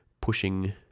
pushing